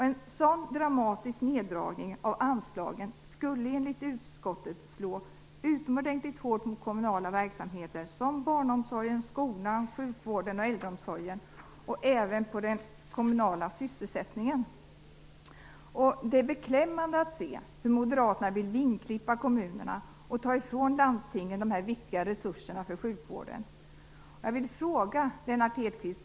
En sådan dramatisk neddragning av anslagen skulle enligt utskottet slå utomordentligt hårt mot kommunala verksamheter såsom barnomsorg, skola, sjukvård och äldreomsorg och även mot den kommunala sysselsättningen. Det är beklämmande att se hur moderaterna vill vingklippa kommunerna och ta ifrån landstingen viktiga resurser för sjukvården.